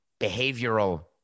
behavioral